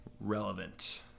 relevant